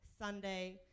Sunday